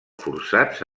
forçats